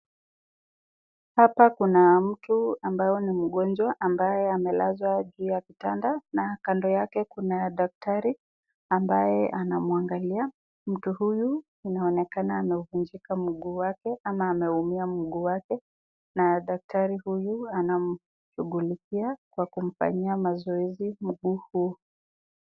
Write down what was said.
Hapa kuna mtu ambaye ni mgonjwa ambaye amelazwa juu ya kitanda na kando yake kuna daktari ambaye anamwangalia. Mtu huyu anaonekana amevunjika mguu wake ama ameumia mguu wake. Na daktari huyu anamshughulikia kwa kumfanyia mazoezi mguu huu.